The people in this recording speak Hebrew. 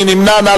מי נמנע?